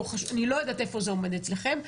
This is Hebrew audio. או אני לא יודעת איפה זה עומד אצלכם.